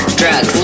drugs